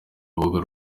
rubuga